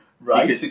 Right